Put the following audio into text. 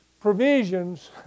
provisions